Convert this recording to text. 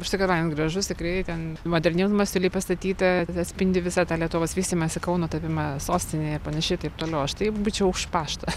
už tai kad man gražus tikrai ten modernizmo stiliuj pastatyta atspindi visą tą lietuvos vystymąsi kauno tapimą sostine ir panašiai ir taip toliau aš tai būčiau už paštą